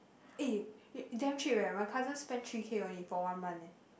eh damn cheap leh my cousin spend three K only for one month leh